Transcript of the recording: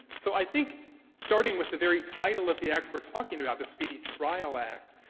so i think starting with the very title of the act we're talking about, the speedy trial act,